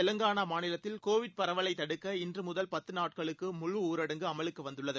தெலங்கானா மாநிலத்தில் கோவிட் பரவலைத் தடுக்க இன்று முதல் பத்து நாட்களுக்கு முழு ஊரடங்கு அமலுக்கு வந்துள்ளது